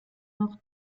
noch